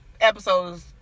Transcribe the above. episodes